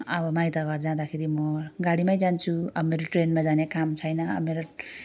अब माइतघर जाँदाखेरि म गाडीमा जान्छु अब मेरो ट्रेनमा जाने काम छैन अब मेरो